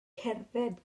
cerdded